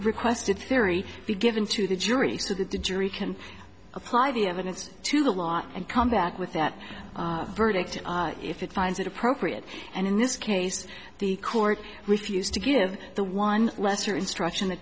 requested theory be given to the jury so that the jury can apply the evidence to the law and come back with that verdict if it finds it appropriate and in this case the court refused to give the one lesser instruction